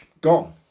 gone